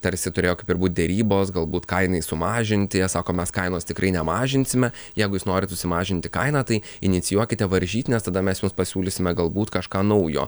tarsi turėjo kaip ir būt derybos galbūt kainai sumažinti jie sako kainos tikrai nemažinsime jeigu jūs norit susimažinti kainą tai inicijuokite varžytines tada mes jums pasiūlysime galbūt kažką naujo